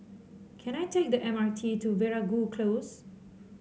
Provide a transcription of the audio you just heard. can I take the M R T to Veeragoo Close